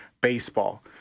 baseball